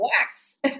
wax